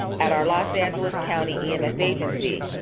at our los angeles county ems agency.